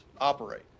operate